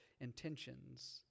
intentions